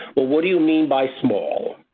well, what do you mean by small?